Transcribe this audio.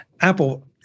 Apple